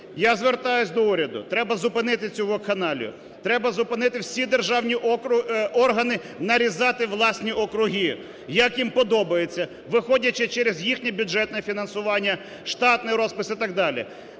Я звертаюсь до уряду. Треба зупинити цю вакханалію, треба зупинити всі державні ограни нарізати власні округи, як їм подобається, виходячи через їхнє бюджетне фінансування, штатний розпис і так далі.